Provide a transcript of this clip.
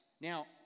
Now